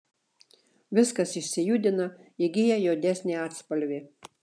viskas išsijudina įgyja juodesnį atspalvį